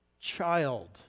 child